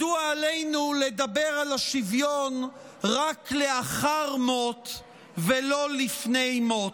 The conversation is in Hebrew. מדוע עלינו לדבר על השוויון רק לאחר מות ולא לפני מות?